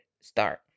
start